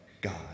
God